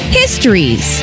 histories